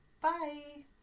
Bye